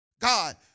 God